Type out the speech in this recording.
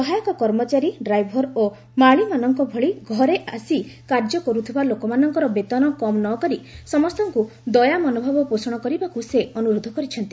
ସହାୟକ କର୍ମଚାରୀ ଡ୍ରାଇଭର ଓ ମାଳିମାନଙ୍କ ଭଳି ଘରେ ଆସି କାର୍ଯ୍ୟ କରୁଥିବା ଲୋକମାନଙ୍କର ବେତନ କମ୍ ନ କରି ସମସ୍ତଙ୍କୁ ଦୟାମନୋଭାବ ପୋଷଣ କରିବାକୁ ସେ ଅନୁରୋଧ କରିଛନ୍ତି